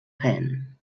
jaén